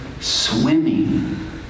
Swimming